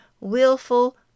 willful